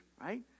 right